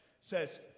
says